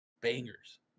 bangers